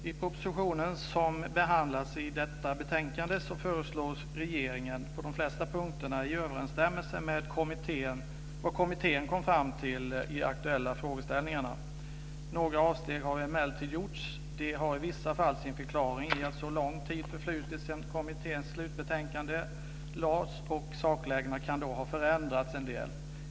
Fru talman! I propositionen som behandlas i detta betänkande lägger regeringen fram förslag som på de flesta punkter överensstämmer med vad kommittén kom fram till i de aktuella frågeställningarna. Några avsteg har emellertid gjorts. De har i vissa fall sin förklaring i att lång tid har förflutit sedan kommitténs slutbetänkande lades fram och att saklägena kan ha förändrats.